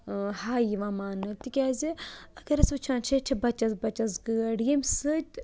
ہاے یِوان مانٛنہٕ تِکیٛازِ اَگر أسۍ وٕچھان چھِ ییٚتہِ چھِ بَچَس بَچَس گٲڑی ییٚمہِ سۭتۍ